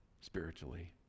spiritually